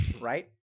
right